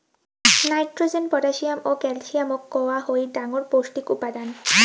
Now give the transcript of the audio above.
nitrogen, potassium ও ক্যালসিয়ামক কওয়া হই ডাঙর পৌষ্টিক উপাদান